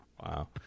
Wow